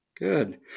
Good